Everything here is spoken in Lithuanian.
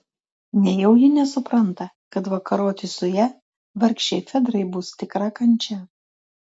nejau ji nesupranta kad vakaroti su ja vargšei fedrai bus tikra kančia